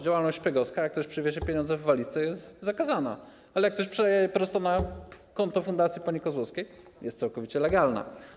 Działalność szpiegowska, jak ktoś przywiezie pieniądze w walizce, jest zakazana, ale jak ktoś przeleje prosto na konto fundacji pani Kozłowskiej, jest całkowicie legalna.